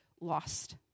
lost